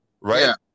right